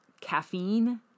caffeine